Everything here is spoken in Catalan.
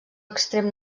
extrem